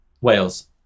Wales